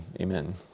Amen